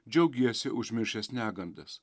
džiaugiesi užmiršęs negandas